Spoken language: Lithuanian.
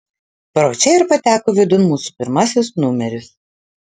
pro čia ir pateko vidun mūsų pirmasis numeris